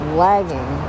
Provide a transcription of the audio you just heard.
lagging